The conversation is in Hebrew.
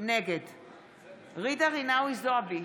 נגד ג'ידא רינאוי זועבי,